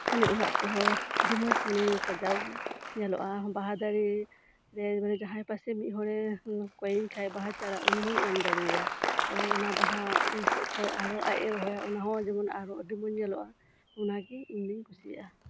ᱢᱟᱱᱮ ᱚᱲᱟᱜ ᱠᱚᱦᱚᱸ ᱟᱰᱤ ᱢᱚᱸᱡᱽ ᱢᱟᱱᱮ ᱥᱟᱡᱟᱣ ᱜᱮ ᱧᱮᱞᱚᱜᱼᱟ ᱵᱟᱦᱟ ᱫᱟᱨᱮ ᱧᱮᱞ ᱢᱮ ᱡᱟᱦᱟᱸᱭ ᱯᱟᱪᱮ ᱢᱤᱫ ᱦᱚᱲᱮ ᱠᱚᱭᱤᱧ ᱠᱷᱟᱱ ᱵᱟᱦᱟ ᱪᱟᱨᱟ ᱩᱱᱤ ᱦᱚᱸᱧ ᱮᱢ ᱫᱟᱲᱮᱣᱟᱭᱟ ᱟᱨ ᱚᱱᱟ ᱵᱟᱦᱟ ᱤᱧ ᱴᱷᱮᱱ ᱠᱷᱚᱱ ᱟᱨᱦᱚᱸ ᱟᱡ ᱮ ᱨᱚᱦᱚᱭᱟ ᱟᱨ ᱚᱱᱟ ᱦᱚᱸ ᱡᱮᱢᱚᱱ ᱟᱰᱤ ᱢᱚᱸᱡᱽ ᱧᱮᱞᱚᱜᱼᱟ ᱚᱱᱟ ᱜᱮ ᱤᱧ ᱫᱚᱧ ᱠᱩᱥᱤᱭᱟᱜᱼᱟ